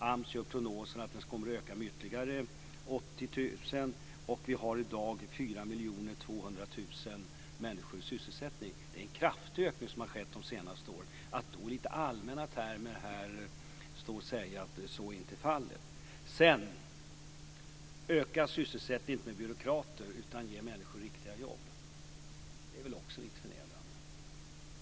AMS gör prognosen att den kommer att öka med ytterligare 80 000. Vi har i dag 4 200 000 människor i sysselsättning. Det är en kraftig ökning som har skett under de senaste åren. Då ska man inte i lite allmänna termer stå här och säga att så inte är fallet. Öka inte sysselsättningen med byråkrater, utan ge människor riktiga jobb, sägs det här. Det är väl också lite förnedrande!